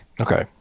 Okay